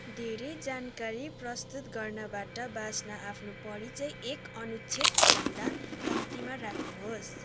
धेरै जानकारी प्रस्तुत गर्नबाट बच्न आफ्नो परिचय एक अनुच्छेद भन्दा कम्तीमा राख्नुहोस्